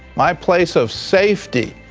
my place of safety.